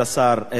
נודע לי,